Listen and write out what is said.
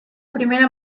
primera